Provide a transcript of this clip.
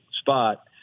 spot